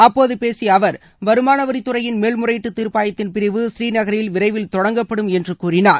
அப்போது பேசிய அவர் வருமான வரித் துறையின் மேல் முறையீட்டு தீர்ப்பாயத்தின் பிரிவு ஸ்ரீநகரில் விரைவில் தொடங்கப்படும் என்று கூறினார்